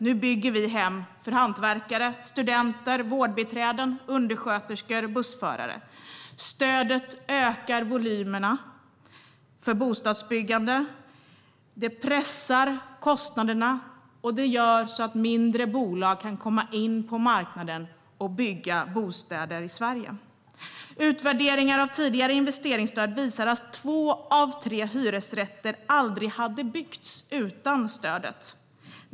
Nu bygger vi hem för hantverkare, studenter, vårdbiträden, undersköterskor och bussförare. Stödet ökar volymerna för bostadsbyggande, pressar kostnaderna och gör att mindre bolag kan komma in på marknaden och bygga bostäder i Sverige. Utvärderingar av det tidigare investeringsstödet visar att två av tre hyresrätter aldrig hade byggts utan stödet.